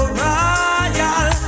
royal